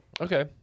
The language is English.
Okay